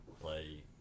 play